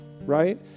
right